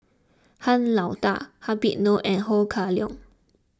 Han Lao Da Habib Noh and Ho Kah Leong